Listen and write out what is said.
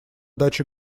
даче